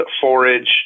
forage